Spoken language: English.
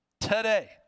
today